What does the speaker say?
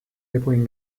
lepoen